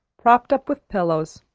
propped up with pillows.